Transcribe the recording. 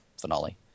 finale